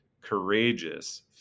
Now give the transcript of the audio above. courageous